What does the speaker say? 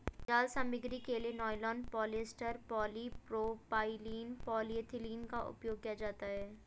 जाल सामग्री के लिए नायलॉन, पॉलिएस्टर, पॉलीप्रोपाइलीन, पॉलीएथिलीन का उपयोग किया जाता है